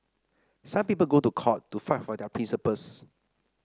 some people go to court to fight for their principles